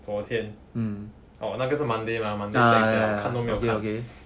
昨天 orh 那个是 monday lah monday lah text liao 看都没有看